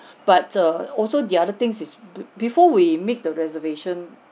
but err also the other things is bef~ before we make the reservation